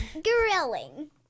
Grilling